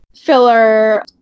filler